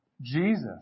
Jesus